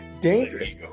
dangerous